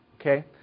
Okay